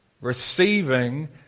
receiving